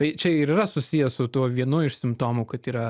tai čia ir yra susiję su tuo vienu iš simptomų kad yra